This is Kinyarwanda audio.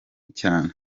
cyane